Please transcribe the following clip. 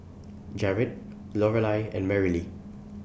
Jarod Lorelei and Merrilee